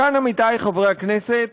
כאן, עמיתי חברי הכנסת,